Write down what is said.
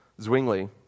Zwingli